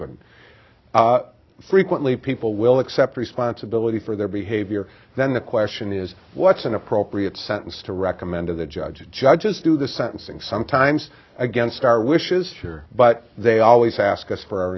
could frequently people will accept responsibility for their behavior then the question is what's an appropriate sentence to recommend to the judge and judges do the sentencing sometimes against our wishes but they always ask us for our